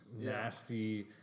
nasty